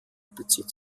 bezieht